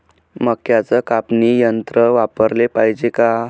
मक्क्याचं कापनी यंत्र वापराले पायजे का?